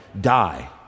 die